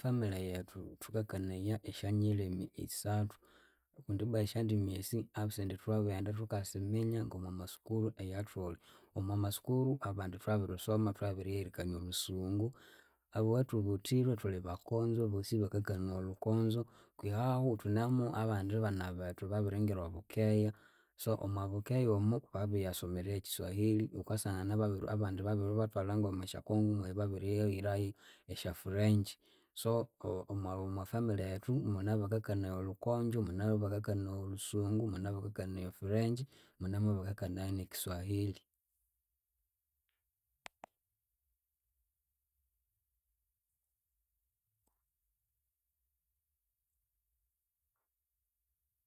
E family yethu thukakanaya esyanyilimi isathu. Kundi ibwa esyandimi esi esindi thwabighend thukasiminya ngomwamasukuru eyathuli. Omwamasukuru abandi thwabirisoma thwabirigha erikania olhusungu. Abathubuthirwe thuli bakonzo bosi bakakanaya olhukonzo kwihahu thunemu abandi banabethu babiringira obukeya so omwabukeya omu babiyasomerayu ekiswahili wukasangana babiri abandi babiribathwalha ngomwa sya Kongo mweyu babiriyighirayu esya french. So omwa family yetu mune abakakanaya olhukonzo, mune abakakanaya olhusungu, mune abakakanaya e french, munemu nabakakanaya ne kiswahili.